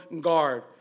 guard